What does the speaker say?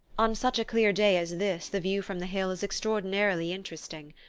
on such a clear day as this the view from the hill is extraordinarily interesting.